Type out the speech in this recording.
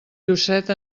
llucet